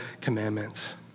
Commandments